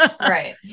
right